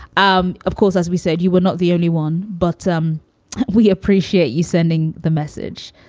um of course, as we said, you were not the only one, but um we appreciate you sending the message.